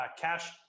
cash